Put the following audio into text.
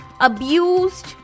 abused